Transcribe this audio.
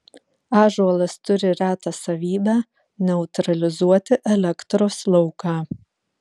ąžuolas turi retą savybę neutralizuoti elektros lauką